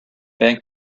bank